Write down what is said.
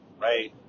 right